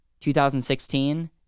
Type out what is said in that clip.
2016